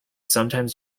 sometimes